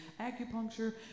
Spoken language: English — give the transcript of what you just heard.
acupuncture